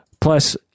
Plus